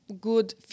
good